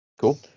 Cool